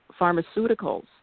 pharmaceuticals